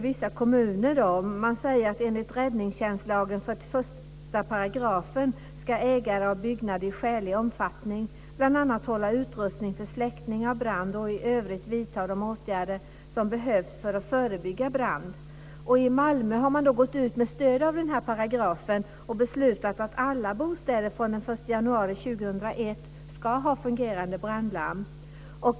Vissa kommuner säger nu att ägare av byggnad, enligt räddningstjänstlagen 44 §, i skälig omfattning ska bl.a. hålla utrustning för släckning av brand och i övrigt vidta de åtgärder som behövs för att förebygga brand. I Malmö har man med stöd av den paragrafen beslutat att alla bostäder, från den 1 januari 2001, ska ha fungerande brandlarm.